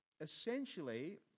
essentially